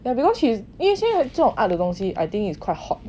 but because she 因为这种 art 的东西 I think is quite hot 的